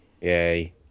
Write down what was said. Yay